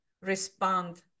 respond